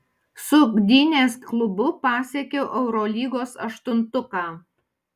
su gdynės klubu pasiekiau eurolygos aštuntuką